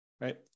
right